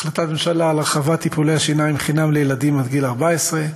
החלטת ממשלה על הרחבת טיפולי השיניים חינם לילדים עד גיל 14,